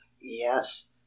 yes